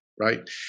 Right